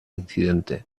incidente